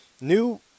New